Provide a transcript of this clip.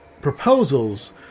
proposals